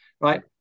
right